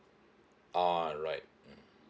alright mm